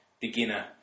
beginner